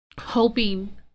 Hoping